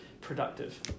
productive